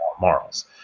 morals